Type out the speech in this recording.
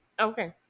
Okay